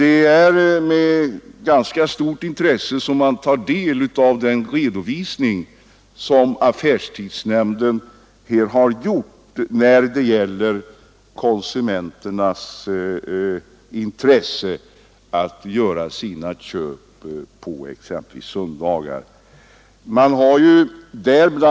Det är också med stort intresse man tar del av den redovisning som affärstidsnämnden gjort över konsumenternas önskemål att göra sina köp på exempelvis söndagar.